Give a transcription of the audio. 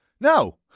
No